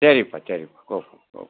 சரிப்பா சரிப்பா